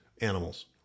animals